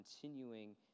continuing